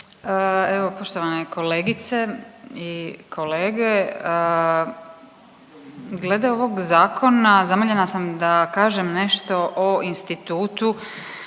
Evo poštovane kolegice i kolege, glede ovog zakona, zamoljena sam da kažem nešto o institutu